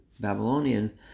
Babylonians